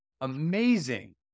amazing